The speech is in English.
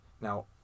Now